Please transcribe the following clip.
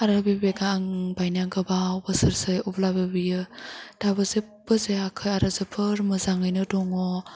आं बे बेगा आं बायनाया गोबाव बोसोरसै अब्लाबो बियो दाबो जेबबो जायाखै आरो जोबोर मोजाङैनो दङ